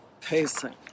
pacing